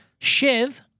Shiv